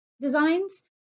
designs